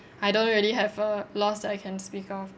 I don't really have a loss that I can speak of